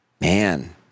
man